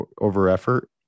over-effort